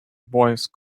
voice